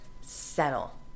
settle